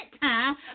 time